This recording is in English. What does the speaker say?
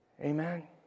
Amen